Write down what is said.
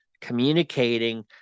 communicating